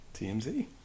TMZ